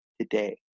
today